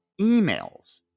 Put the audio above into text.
emails